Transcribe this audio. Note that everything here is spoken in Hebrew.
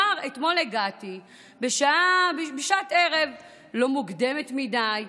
אומר שאתמול הגעתי בשעת ערב לא מוקדמת מדי.